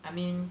I mean